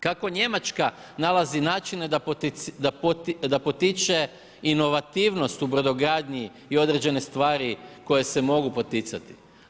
Kako Njemačka nalazi načine da potiče inovativnost u brodogradnji i određene stvari koje se mogu poticati?